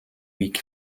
week